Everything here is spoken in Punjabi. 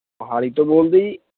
ਮੋਹਾਲੀ ਤੋਂ ਬੋਲਦੇ ਜੀ